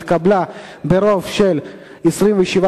לדיון